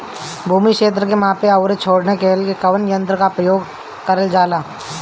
भूमि क्षेत्र के नापे आउर जोड़ने के लिए कवन तंत्र का प्रयोग करल जा ला?